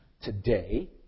today